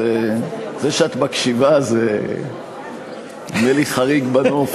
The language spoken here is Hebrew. זה שאת מקשיבה זה נדמה לי חריג בנוף,